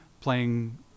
playing